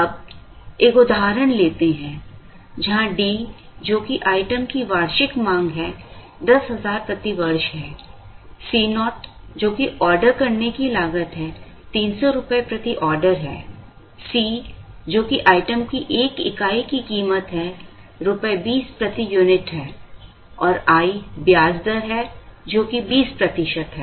अब एक उदाहरण लेते हैं जहां D जो कि आइटम की वार्षिक मांग है 10000 प्रति वर्ष है Co जो कि ऑर्डर करने की लागत है 300 रुपये प्रति आर्डर है C जो कि आइटम की एक इकाई की कीमत है रुपये 20 प्रति यूनिट है और i ब्याज दर है जो कि 20 प्रतिशत है